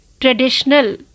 traditional